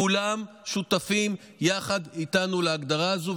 כולם שותפים יחד איתנו להגדרה הזאת,